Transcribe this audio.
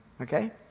Okay